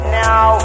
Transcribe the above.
now